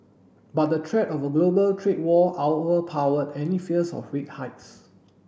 but the threat of a global trade war overpowered any fears of rate hikes